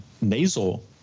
nasal